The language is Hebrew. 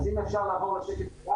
אז אם אפשר לעבור לשקף הבא